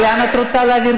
את שונאת ישראל.